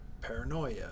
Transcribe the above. paranoia